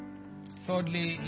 Thirdly